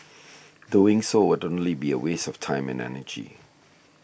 doing so would only be a waste of time and energy